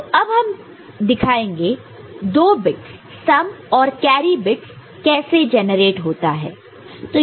तो अब हम दिखाएंगे दो बिट्स सम और कैरी बिट्स कैसे जनरेट होता है